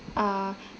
err